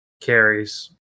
carries